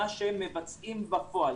ממה שמבצעים בפועל.